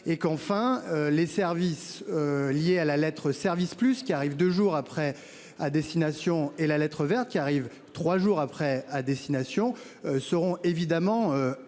et qu'enfin les services. Liés à la lettre. Plus qui arrive 2 jours après à destination et la lettre verte qui arrive 3 jours après à destination seront évidemment